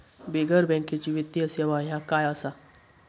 बिगर बँकेची वित्तीय सेवा ह्या काय असा?